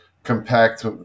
Compact